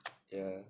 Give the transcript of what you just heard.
ya